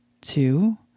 two